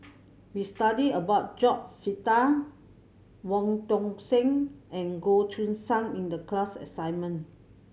we studied about George Sita Wong Tuang Seng and Goh Choo San in the class assignment